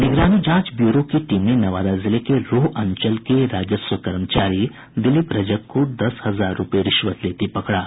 निगरानी जांच ब्यूरो की टीम ने नवादा जिले के रोह अंचल के राजस्व कर्मचारी दिलीप रजक को दस हजार रूपये रिश्वत लेते पकड़ा